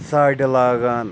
ساڈِ لاگان